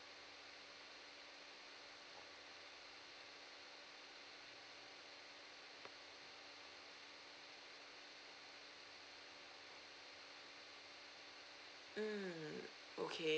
mm oka~